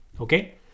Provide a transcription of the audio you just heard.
okay